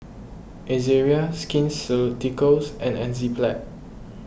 Ezerra Skin Ceuticals and Enzyplex